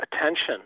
attention